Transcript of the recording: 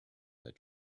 that